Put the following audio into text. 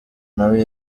nawe